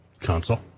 console